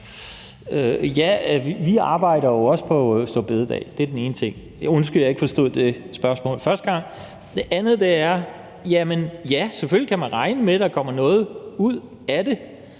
Ja, vi arbejder jo også på store bededag. Det er den ene ting – undskyld, at jeg ikke forstod det spørgsmål første gang. Den anden ting er, at ja, selvfølgelig kan man regne med, at der kommer noget ud af det.